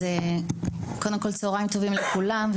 צוהריים טובים לכולם.